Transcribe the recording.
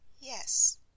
Yes